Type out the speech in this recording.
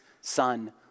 Son